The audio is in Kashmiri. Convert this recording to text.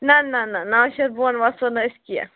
نہَ نہَ نہَ نَو شیٚتھ بۄن وَسو نہٕ أسۍ کیٚنٛہہ